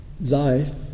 life